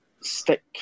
stick